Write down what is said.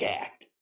act